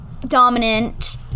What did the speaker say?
dominant